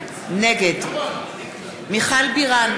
נגד מיכל בירן,